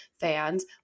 fans